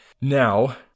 Now